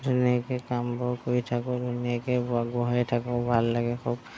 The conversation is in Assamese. ধুনীয়াকৈ কামবোৰ কৰি থাকোঁ ধুনীয়াকে থাকোঁ ভাল লাগে খুব